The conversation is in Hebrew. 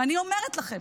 ואני אומרת לכם,